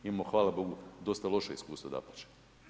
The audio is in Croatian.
Imamo hvala Bogu dosta loše iskustvo dapače.